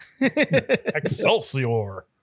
excelsior